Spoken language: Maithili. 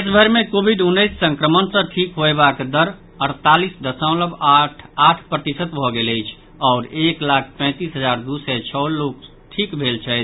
देशभरि मे कोविड उन्नैस संक्रमण सॅ ठीक होयबाक दर अड़तालीस दशमलव आठ आठ प्रतिशत भऽ गेल अछि आओर एक लाख पैंतीस हजार दू सय छओ लोक ठीक भेल छथि